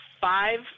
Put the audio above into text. five